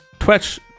Twitch